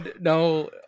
No